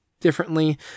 differently